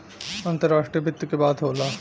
अंतराष्ट्रीय वित्त के बात होला